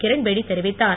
கிரண்பேடி தெரிவித்தார்